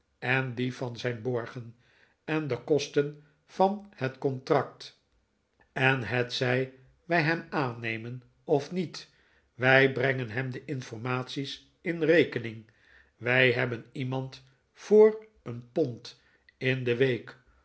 en dien van zijn borgen en de kosten van het contract en hetzij wij hem aannemen of niet wij brengen hem de informatics in rekening wij hebben iemand voor een pond in de week